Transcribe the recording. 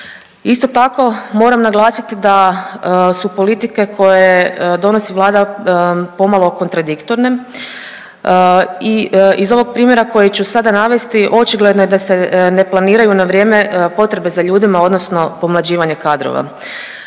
Isto tako moram naglasiti da su politike koje donosi Vlada pomalo kontradiktorne i iz ovog primjera koji ću sada navesti očigledno je da se ne planiraju na vrijeme potrebe za ljudima odnosno pomlađivanje kadrova.